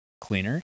cleaner